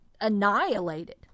annihilated